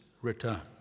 return